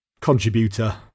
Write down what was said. contributor